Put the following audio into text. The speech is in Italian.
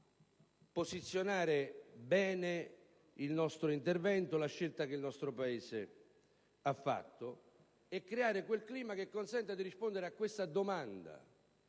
posizionare bene il nostro intervento, la scelta che il nostro Paese ha compiuto, e creare quel clima che consenta di rispondere a questa domanda: